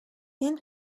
tin